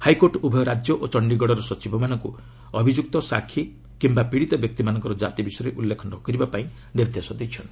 high court ଉଭୟ ରାଜ୍ୟ ଓ ଚଣ୍ଡୀଗଡ଼ର ସଚିବମାନଙ୍କୁ ଅଭିଯୁକ୍ତ ସାକ୍ଷୀ ଓ ପୀଡ଼ିତ ବ୍ୟକ୍ତିଙ୍କର ଜାତି ବିଷୟରେ ଉଲ୍ଲେଖ ନ କରିବା ପାଇଁ ନିର୍ଦ୍ଦେଶ ଦେଇଛନ୍ତି